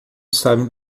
sabe